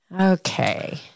Okay